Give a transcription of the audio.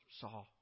saw